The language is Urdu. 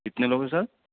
کتنے لوگ ہیں سر